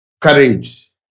Courage